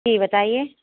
جی بتائیے